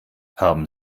haben